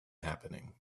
happening